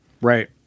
right